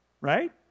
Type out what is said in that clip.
Right